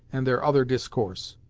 and their other discourse.